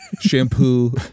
Shampoo